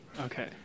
Okay